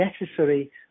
necessary